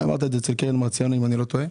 אמרת את זה אצל קרן מרציאנו אם אני לא טועה.